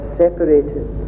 separated